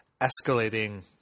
escalating